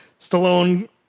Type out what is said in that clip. Stallone